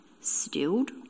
stilled